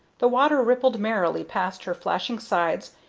the water rippled merrily past her flashing sides,